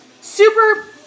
super